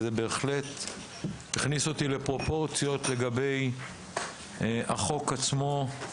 אבל זה בהחלט הכניס אותי לפרופורציות לגבי החוק עצמו,